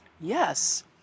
Yes